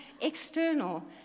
external